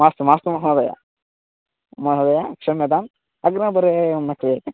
मास्तु मास्तु महोदयः महोदयः क्षम्यताम् अग्रिमपर्याये एवं न क्रियते